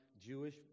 Jewish